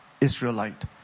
Israelite